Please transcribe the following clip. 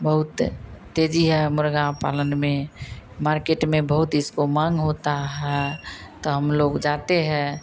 बहुत तेज़ी है मुर्ग़ा पालन में मार्केट में बहुत इसकी माँग होती है ताे हम लोग जाते हैं